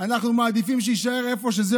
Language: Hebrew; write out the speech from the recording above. אנחנו מעדיפים שזה יישאר איפה שזה,